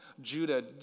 Judah